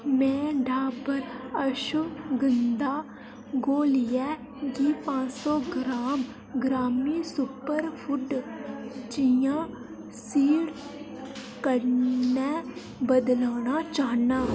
में डाबर अश्वगंधा घोह्लियै गी पंज सौ ग्राम ग्रामी सुपरफूड चिया सीड कन्नै बदलोना चाह्न्नां